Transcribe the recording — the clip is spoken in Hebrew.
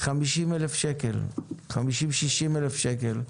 50,000 60,000 שקל.